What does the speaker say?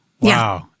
Wow